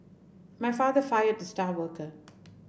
my father fired the star worker